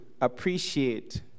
appreciate